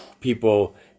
people